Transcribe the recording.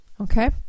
Okay